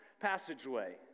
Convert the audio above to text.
passageway